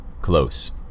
Close